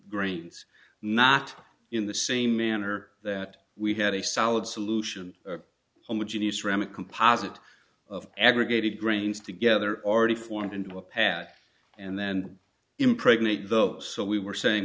grains not in the same manner that we had a solid solution homogeneous remick composite of aggregated grains together already formed into a pad and then impregnate those so we were saying